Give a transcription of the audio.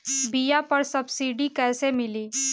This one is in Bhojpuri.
बीया पर सब्सिडी कैसे मिली?